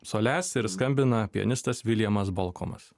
solace ir skambina pianistas viljamas bolkomas